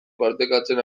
partekatzen